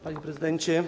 Panie Prezydencie!